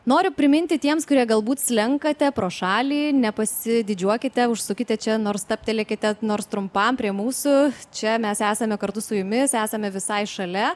noriu priminti tiems kurie galbūt slenkate pro šalį nepasididžiuokite užsukite čia nors stabtelėkite nors trumpam prie mūsų čia mes esame kartu su jumis esame visai šalia